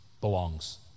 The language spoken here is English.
belongs